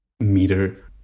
meter